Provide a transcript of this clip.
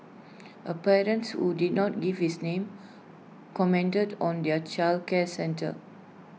A parent who did not give his name commented on their childcare centre